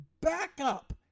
backup